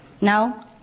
Now